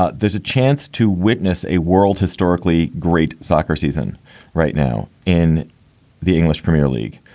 ah there's a chance to witness a world historically great soccer season right now in the english premier league.